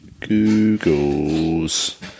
Googles